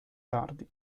tardi